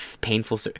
painful